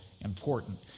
important